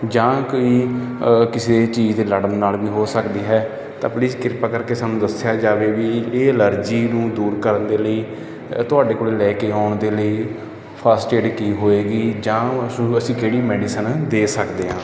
ਜਾਂ ਕੋਈ ਕਿਸੇ ਚੀਜ਼ ਦੇ ਲੜਨ ਨਾਲ ਵੀ ਹੋ ਸਕਦੀ ਹੈ ਤਾਂ ਪਲੀਜ਼ ਕਿਰਪਾ ਕਰਕੇ ਸਾਨੂੰ ਦੱਸਿਆ ਜਾਵੇ ਵੀ ਇਹ ਐਲਰਜੀ ਨੂੰ ਦੂਰ ਕਰਨ ਦੇ ਲਈ ਤੁਹਾਡੇ ਕੋਲ ਲੈ ਕੇ ਆਉਣ ਦੇ ਲਈ ਫਸਟ ਏਡ ਕੀ ਹੋਏਗੀ ਜਾਂ ਉਸਨੂੰ ਅਸੀਂ ਕਿਹੜੀ ਮੈਡੀਸਨ ਦੇ ਸਕਦੇ ਹਾਂ